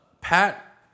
Pat